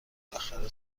بالاخره